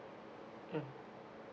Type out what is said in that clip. mm